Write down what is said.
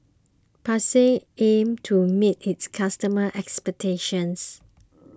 Pansy aim to meet its customer expectations